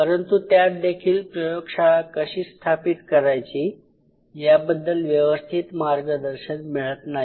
परंतु त्यात देखील प्रयोगशाळा कशी स्थापित करायची याबद्दल व्यवस्थित मार्गदर्शन मिळत नाही